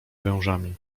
wężami